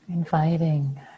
Inviting